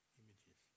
images